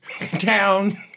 Town